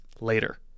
later